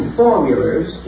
formulas